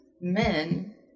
men